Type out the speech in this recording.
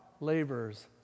laborers